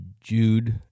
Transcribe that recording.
Jude